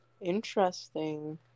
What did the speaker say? Interesting